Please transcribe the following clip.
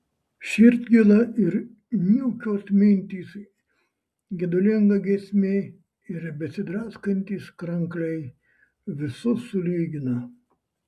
širdgėla ir niūkios mintys gedulinga giesmė ir besidraskantys krankliai visus sulygina